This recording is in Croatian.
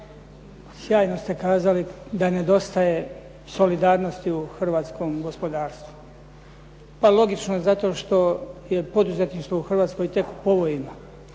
sjajno ste kazali da nedostaje solidarnosti u hrvatskom gospodarstvu. Pa logično zato što je poduzetništvo u Hrvatskoj tek u povojima.